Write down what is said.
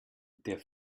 der